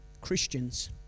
Christians